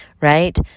Right